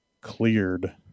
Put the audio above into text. cleared